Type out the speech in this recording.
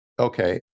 Okay